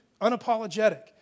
unapologetic